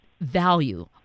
value